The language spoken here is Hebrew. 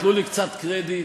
תנו לי קצת קרדיט